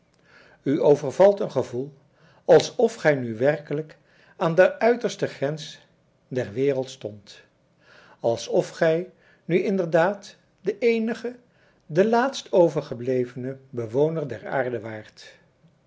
u overvalt een gevoel alsof gij nu werkelijk aan de uiterste grens der wereld stondt alsof gij nu inderdaad de eenige de laatst overgeblevene bewoner der aarde waart